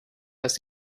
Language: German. dass